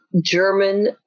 German